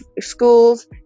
schools